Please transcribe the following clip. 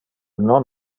non